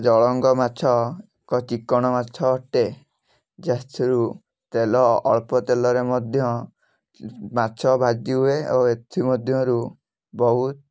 ଜଳଙ୍ଗ ମାଛ ଏକ ଚିକ୍କଣ ମାଛ ଅଟେ ଯା ଥରୁ ତେଲ ଅଳ୍ପ ତେଲରେ ମଧ୍ୟ ମାଛ ଭାଜି ହୁଏ ଓ ଏଥିମଧ୍ୟରୁ ବହୁତ